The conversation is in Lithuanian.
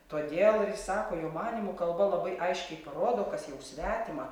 todėl ir jis sako jo manymu kalba labai aiškiai parodo kas jau svetima